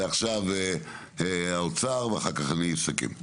עכשיו האוצר, ואחר כך אני אסכם.